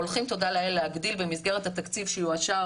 הולכים תודה לאל להגדיל במסגר התקציב שיאושר,